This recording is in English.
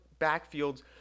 backfields